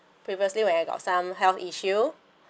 previously when I got some health issue